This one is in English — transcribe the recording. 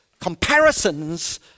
comparisons